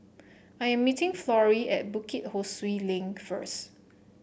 I am meeting Florie at Bukit Ho Swee Link first